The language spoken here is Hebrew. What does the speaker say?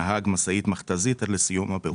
כנהג מכתזית עד לסיום הבירור.